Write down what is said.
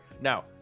Now